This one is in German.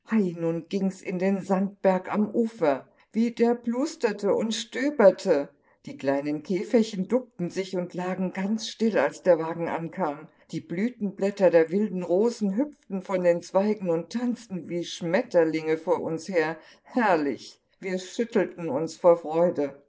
nun gings in den sandberg am ufer wie der plusterte und stöberte die kleinen käferchen duckten sich und lagen ganz still als der wagen ankam die blütenblätter der wilden rosen hüpften von den zweigen und tanzten wie schmetterlinge vor uns her herrlich wir schüttelten uns vor freude